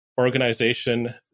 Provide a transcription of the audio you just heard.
organization